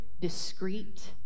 discreet